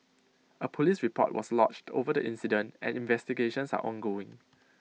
A Police report was lodged over the incident and investigations are ongoing